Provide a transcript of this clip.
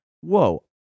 whoa